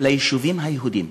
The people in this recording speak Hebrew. ליישובים היהודיים.